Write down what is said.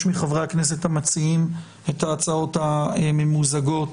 מחברי הכנסת המציעים את ההצעות הממוזגות